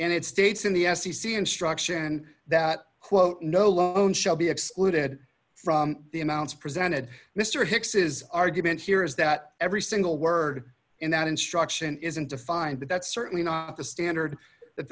and it states in the f c c instruction that quote no loan shall be excluded from the amounts presented mr hicks's argument here is that every single word in that instruction isn't defined but that's certainly not the standard that